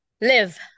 Live